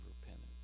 repentance